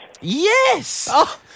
Yes